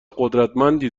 قدرتمندی